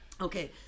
Okay